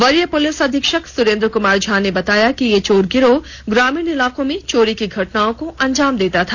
वरीय पुलिस अधीक्षक सुरेंद्र कुमार झा ने बताया कि यह चोर गिरोह ग्रामीण इलाकों में चोरी की घटनाओं को अंजाम देता था